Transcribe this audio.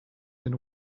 and